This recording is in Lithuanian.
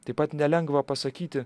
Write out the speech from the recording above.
taip pat nelengva pasakyti